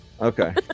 Okay